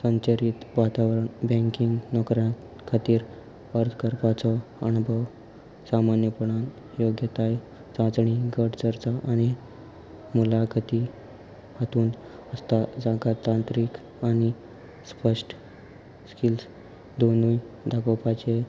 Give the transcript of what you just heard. संचरत वातावरण बँकींग नोकऱ्यां खातीर अर्थ करपाचो अणभव सामान्यपणान योग्यताय चांचणी गट चर्चो आनी मुलाखती हातूंत आसता जाका तांत्रीक आनी स्पश्ट स्किल्स दोनूय दाखोवपाचे